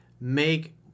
make